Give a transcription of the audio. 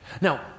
Now